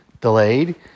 delayed